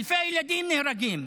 אלפי ילדים נהרגים,